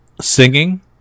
Singing